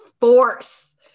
force